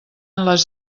les